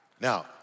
Now